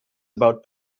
about